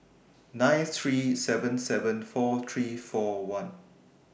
nine three seven seven four three four one